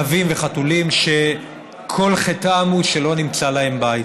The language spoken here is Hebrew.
כלבים וחתולים שכל חטאם הוא שלא נמצא להם בית,